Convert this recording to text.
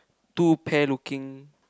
two pear looking